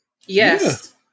Yes